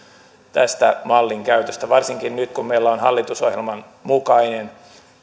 tämän mallin käytöstä varsinkin nyt kun meillä on hallitusohjelman mukainen